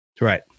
Right